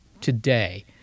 today